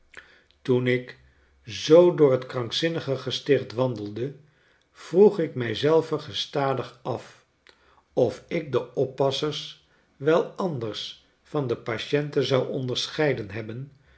toen ik zoo door t krankzinnigen gesticht wandelde vroeg ik mij zelven gestadig af of ik de oppassers wel anders van de patienten zou onderscheiden hebben